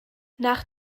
nach